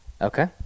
Okay